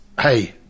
hey